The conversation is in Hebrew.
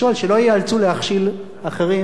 שלא ייאלצו להכשיל אחרים.